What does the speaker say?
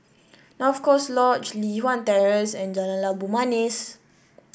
North Coast Lodge Li Hwan Terrace and Jalan Labu Manis